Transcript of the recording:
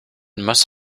must